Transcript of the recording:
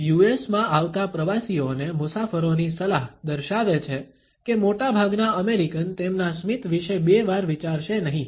US માં આવતા પ્રવાસીઓને મુસાફરોની સલાહ દર્શાવે છે કે મોટાભાગના અમેરિકન તેમના સ્મિત વિશે બે વાર વિચારશે નહીં